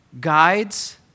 guides